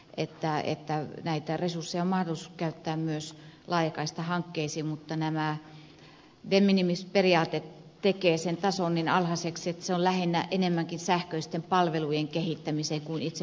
et tää että näitä resursseja on mahdollisuus käyttää myös laajakaistahankkeisiin mutta tämä de minimis periaate tekee niiden tason niin alhaiseksi että ne ovat lähinnä enemmänkin sähköisten palvelujen kehittämiseen kuin itse fyysisen verkon